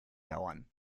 dauern